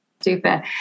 Super